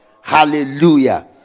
Hallelujah